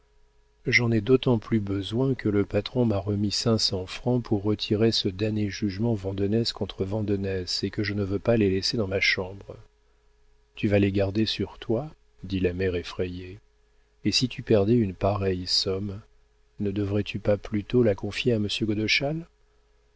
j'en ai d'autant plus besoin que le patron m'a remis cinq cents francs pour retirer ce damné jugement vandenesse contre vandenesse et que je ne veux pas les laisser dans ma chambre tu vas les garder sur toi dit la mère effrayée et si tu perdais une pareille somme ne devrais tu pas plutôt la confier à